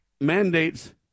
mandates